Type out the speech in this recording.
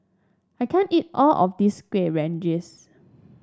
I can't eat all of this Kuih Rengas